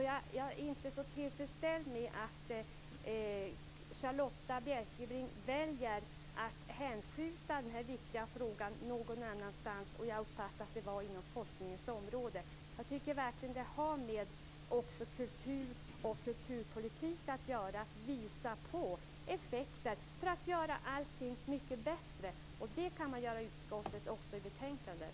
Jag är inte så tillfreds med att Charlotta Bjälkebring väljer att hänskjuta den här viktiga frågan någon annanstans - jag uppfattade att det var inom forskningens område. Jag tycker verkligen att det också har att göra med kultur och kulturpolitik när det gäller detta med att visa på effekter för att göra allting mycket bättre. Det kan man göra i utskottet och också i betänkandet.